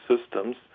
systems